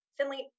Finley